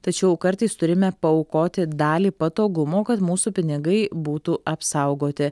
tačiau kartais turime paaukoti dalį patogumo kad mūsų pinigai būtų apsaugoti